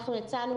אנחנו הצענו,